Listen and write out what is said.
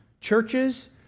Churches